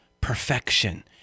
perfection